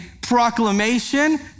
proclamation